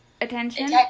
attention